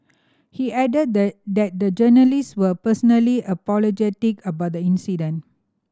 he added the that the journalist were personally apologetic about the incident